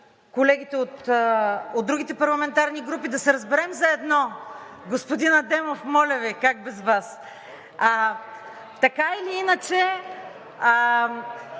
колегите от другите парламентарни групи, да се разберем за едно – господин Адемов, моля Ви, как без Вас, така или иначе